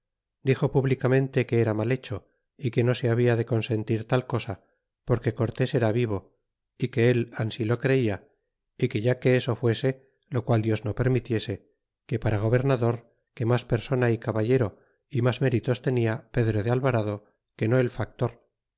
divo públicamente que era mal hecho y que no so habla de consentir tal cosa porque cortés era vivo y que él ansi lo creia é que ya que eso fuese lo qual dios no permitiese que para gobernador que mas persona y caballero y mas méritos tenia pedro de alvarado que no el factor